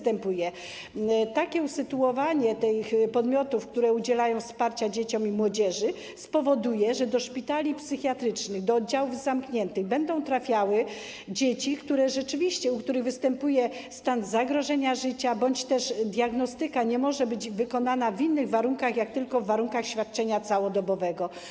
Takie usytuowanie tych podmiotów, które udzielają wsparcia dzieciom i młodzieży, spowoduje, że do szpitali psychiatrycznych, na oddziały zamknięte będą trafiały dzieci, u których rzeczywiście występuje stan zagrożenia życia bądź też diagnostyka nie może być wykonana w innych warunkach jak tylko w warunkach świadczenia całodobowego.